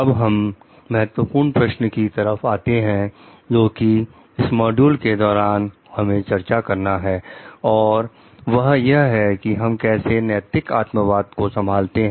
अब हम महत्वपूर्ण प्रश्न की तरफ आते हैं जो कि इस मॉड्यूल के दौरान हमें चर्चा करना है और वह यह है कि हम कैसे नैतिक आत्मवाद को संभालते हैं